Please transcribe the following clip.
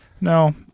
No